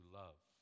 love